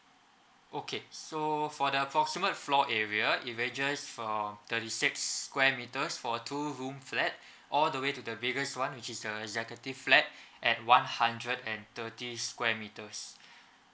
okay so for the approximate floor areait ranges from thirty six square metres for two room flat all the way to the biggest [one] which is the executive flat at one hundred and thirty square metres